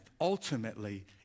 Ultimately